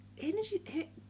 energy